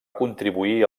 contribuir